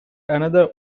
another